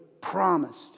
promised